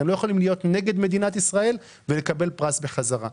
אתם לא יכולים להיות נגד מדינת ישראל ולקבל פרס בחזרה.